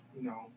No